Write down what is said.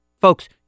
Folks